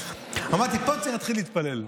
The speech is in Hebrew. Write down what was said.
צריך להתחיל להתפלל,